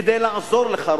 כדי לעזור לך,